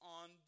on